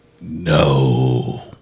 No